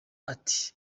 ati